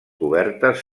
cobertes